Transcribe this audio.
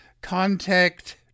Contact